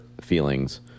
feelings